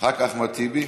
חבר הכנסת אחמד טיבי.